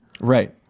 Right